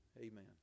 Amen